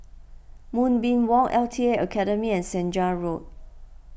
Moonbeam Walk L T A Academy and Senja Road